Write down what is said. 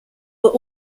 were